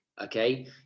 Okay